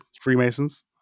Freemasons